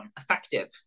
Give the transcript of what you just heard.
effective